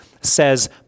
says